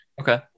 Okay